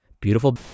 beautiful